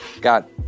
got